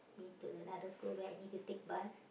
me to another school when I need to take bus